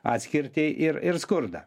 atskirtį ir ir skurdą